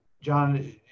John